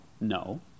No